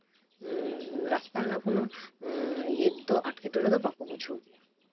ᱨᱟᱥᱛᱟ ᱨᱮᱱᱟᱜ ᱠᱳᱱᱳ ᱮᱸᱴᱠᱮᱴᱚᱢᱮ ᱫᱚ ᱵᱟᱠᱚ ᱵᱩᱡᱷᱟᱹᱣᱟ